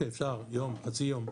אפשר יום, חצי יום,